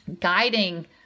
guiding